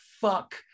fuck